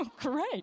Great